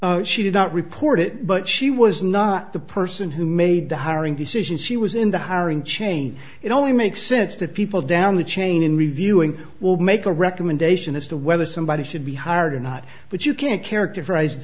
she did not report it but she was not the person who made the hiring decision she was in the hiring chain it only makes sense to people down the chain in reviewing will make a recommendation as to whether somebody should be hired or not but you can't characterize